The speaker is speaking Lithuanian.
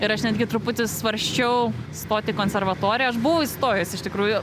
ir aš netgi truputį svarsčiau stoti į konservatoriją aš buvau įstojus iš tikrųjų